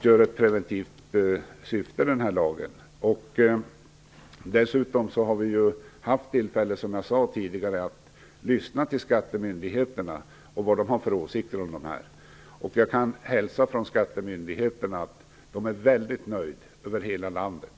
Fru talman! Vi tror att denna lag fyller ett preventivt syfte. Som jag sade tidigare har vi dessutom haft tillfälle att lyssna på skattemyndigheterna och deras åsikter om den. Jag kan hälsa från skattemyndigheter över hela landet att de är väldigt nöjda.